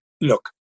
look